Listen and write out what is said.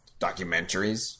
documentaries